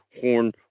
Horn